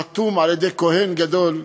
חתום על-ידי כוהן גדול,